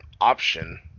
option